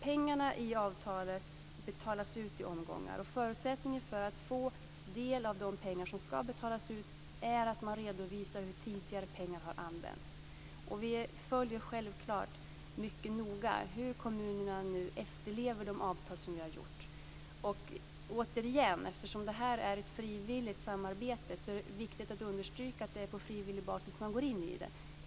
Pengarna i avtalet betalas ut i omgångar. Förutsättningen för att få del av de pengar som ska betalas ut är att man redovisar hur tidigare pengar har använts. Vi följer självfallet mycket noga hur kommunerna nu efterlever de avtal som vi har ingått. Återigen, eftersom det här är ett frivilligt samarbete, är det viktigt att understryka att det är på frivillig basis man går in i det.